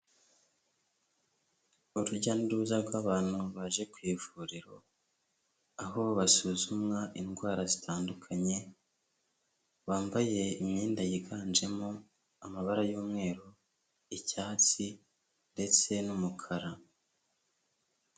Urujya n'uruza rw'abantu baje ku ivuriro, aho basuzumwa indwara zitandukanye, bambaye imyenda yiganjemo amabara y'umweru, icyatsi ndetse n'umukara.